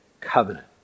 Covenant